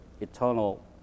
eternal